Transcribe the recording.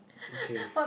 okay